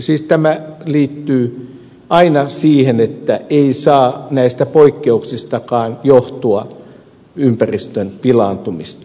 siis tämä liittyy aina siihen että ei saa näistä poikkeuksistakaan aiheutua ympäristön pilaantumista